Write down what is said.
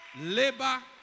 Labor